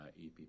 EPP –